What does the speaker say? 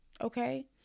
Okay